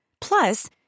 Plus